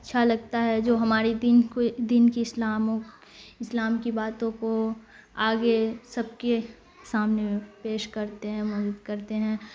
اچھا لگتا ہے جو ہماریے دین کو دین کی اسلام اسلام کی باتوں کو آگے سب کے سامنے میں پیش کرتے ہیں مدد کرتے ہیں